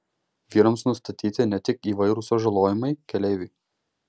vyrams nustatyti ne tik įvairūs sužalojimai keleiviui